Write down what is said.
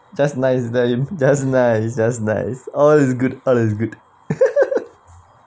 just nice tell him just nice just nice all is good all is good